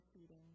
feeding